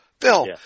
Bill